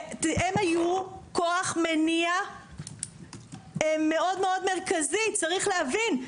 והם היו כוח מניע מאוד מאוד מרכזי צריך להבין,